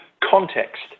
context